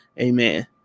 Amen